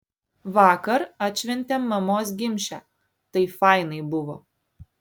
vakar atšventėm mamos gimšę tai fainai buvo